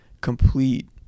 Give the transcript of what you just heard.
complete